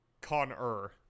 Connor